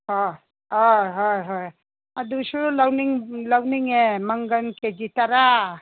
ꯑꯥ ꯑꯥ ꯍꯣꯏ ꯍꯣꯏ ꯑꯗꯨꯁꯨ ꯂꯧꯅꯤꯡꯉꯦ ꯃꯪꯒꯟ ꯀꯦꯖꯤ ꯇꯔꯥ